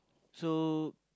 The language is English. so